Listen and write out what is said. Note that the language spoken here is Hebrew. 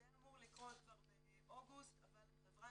זה היה אמור לקרות כבר באוגוסט אבל החברה